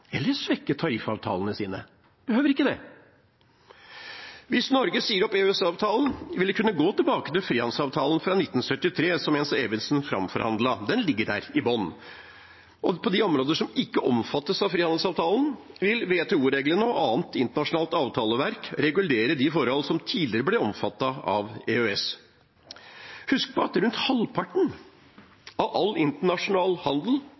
eller svekke tariffavtalene sine – de behøver ikke det. Hvis Norge sier opp EØS-avtalen, vil en kunne gå tilbake til frihandelsavtalen fra 1973, som Jens Evensen framforhandlet. Den ligger i bunnen. På de områdene som ikke omfattes av frihandelsavtalen, vil WTO-reglene og annet internasjonalt avtaleverk regulere de forhold som tidligere ble omfattet av EØS. Husk på at rundt halvparten av all internasjonal handel